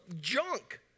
junk